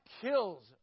kills